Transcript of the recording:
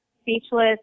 speechless